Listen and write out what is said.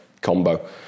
combo